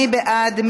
מי בעד?